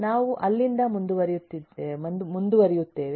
ನಾವು ಅಲ್ಲಿಂದ ಮುಂದುವರಿಯುತ್ತೇವೆ